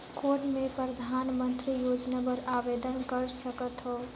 कौन मैं परधानमंतरी योजना बर आवेदन कर सकथव?